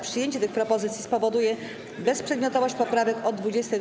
Przyjęcie tych propozycji spowoduje bezprzedmiotowość poprawek od 20. do